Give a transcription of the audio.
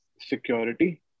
security